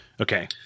Okay